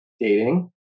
dating